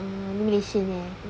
uh malaysian eh